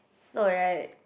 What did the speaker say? sold right